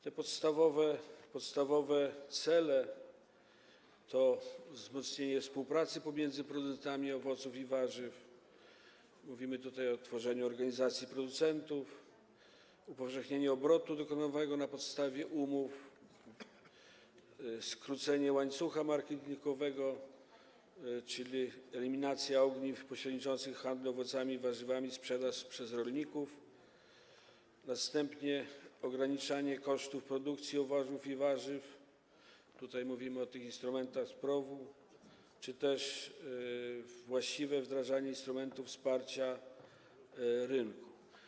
Te podstawowe cele to wzmocnienie współpracy pomiędzy producentami owoców i warzyw - mówimy tutaj o tworzeniu organizacji producentów - upowszechnienie obrotu dokonywanego na podstawie umów, skrócenie łańcucha marketingowego, czyli eliminacja ogniw pośredniczących w handlu owocami i warzywami, sprzedaż przez rolników, ograniczenie kosztów produkcji owoców i warzyw - tutaj mówimy o tych instrumentach z PROW-u - czy też właściwe wdrażanie instrumentów wsparcia rynku.